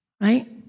Right